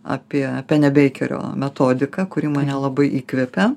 apie penio beikerio metodiką kuri mane labai įkvepia